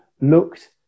looked